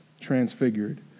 transfigured